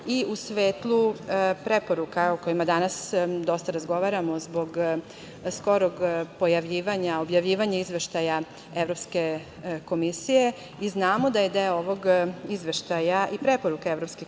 i u svetlu preporuka o kojima danas dosta razgovaramo zbog skorog pojavljivanja, objavljivanja izveštaja Evropske komisije, i znamo da je deo ovog izveštaja i preporuka Evropske komisije